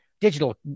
Digital